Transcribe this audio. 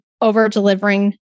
over-delivering